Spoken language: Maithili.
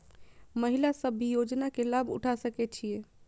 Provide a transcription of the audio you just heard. महिला सब भी योजना के लाभ उठा सके छिईय?